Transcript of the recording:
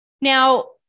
Now